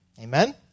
Amen